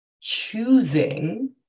choosing